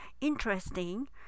interesting